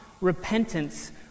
repentance